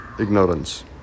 ignorance